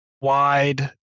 wide